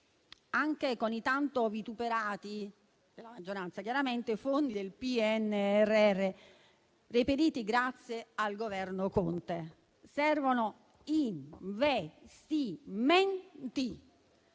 anche con i tanto vituperati - dalla maggioranza, chiaramente - fondi del PNRR, reperiti grazie al Governo Conte. Servono investimenti.